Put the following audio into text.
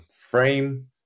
frame